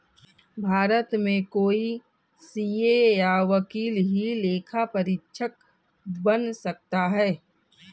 भारत में कोई सीए या वकील ही लेखा परीक्षक बन सकता है